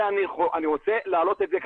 בכללותה